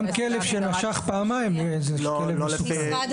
גם כלב שנשך פעמיים זה כלב מסוכן.